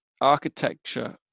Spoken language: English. architecture